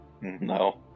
No